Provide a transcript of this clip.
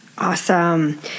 Awesome